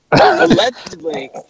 Allegedly